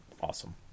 awesome